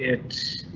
it.